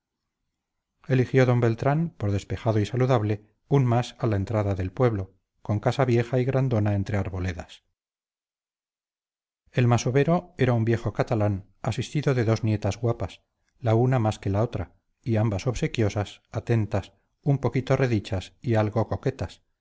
albergue eligió d beltrán por despejado y saludable un mas a la entrada del pueblo con casa vieja y grandona entre arboledas el masovero era un viejo catalán asistido de dos nietas guapas la una más que la otra y ambas obsequiosas atentas un poquito redichas y algo coquetas